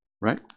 right